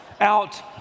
out